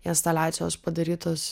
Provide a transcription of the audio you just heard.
instaliacijos padarytos